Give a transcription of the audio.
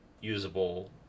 usable